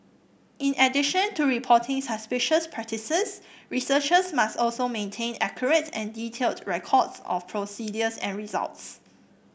in addition to reporting suspicious practices researchers must also maintain accurate and detailed records of procedures and results